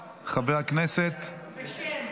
ותיכנס לספר החוקים של מדינת ישראל.